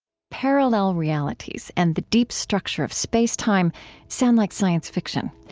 parallel realities and the deep structure of space-time sound like science fiction.